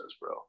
bro